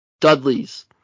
Dudleys